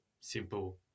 simple